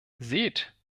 seht